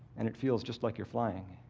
and it feels just like you're flying.